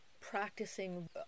practicing